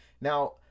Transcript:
Now